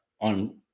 on